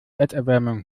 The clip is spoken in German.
erderwärmung